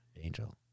Angel